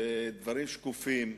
בשקיפות,